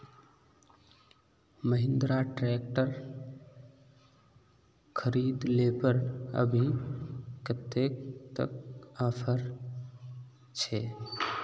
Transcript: Mahindra tractor खरीद ले पर अभी कतेक तक ऑफर छे?